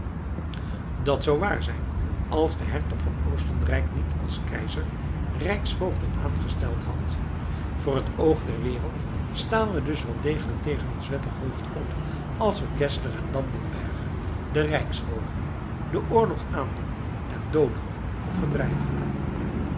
dat zou waar zijn als de hertog van oostenrijk niet als keizer rijksvoogden aangesteld had voor het oog der wereld staan we dus wel degelijk tegen ons wettig hoofd op als we geszler en landenberg de rijksvoogden den oorlog aandoen en dooden of verdrijven